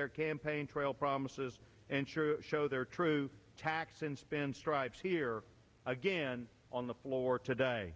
their campaign trail promises and sure show their true tax and spend stripes here again on the floor today